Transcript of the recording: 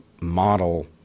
model